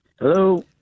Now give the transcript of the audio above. Hello